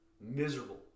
miserable